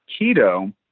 Keto